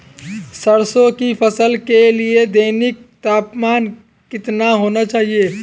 सरसों की फसल के लिए दैनिक तापमान कितना होना चाहिए?